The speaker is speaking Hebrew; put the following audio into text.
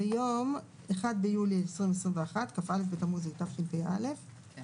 ביום כ"א בתמוז התשפ"א (1